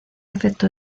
efecto